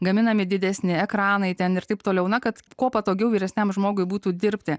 gaminami didesni ekranai ten ir taip toliau na kad kuo patogiau vyresniam žmogui būtų dirbti